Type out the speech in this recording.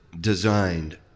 designed